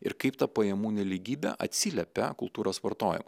ir kaip ta pajamų nelygybė atsiliepia kultūros vartoji